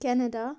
Canada